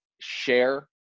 share